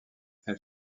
elle